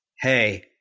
hey